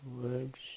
words